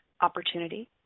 opportunity